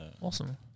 Awesome